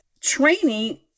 training